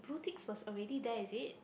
blue ticks was already there is it